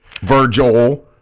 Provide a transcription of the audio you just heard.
Virgil